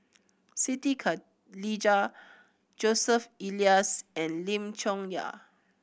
Siti Khalijah Joseph Elias and Lim Chong Yah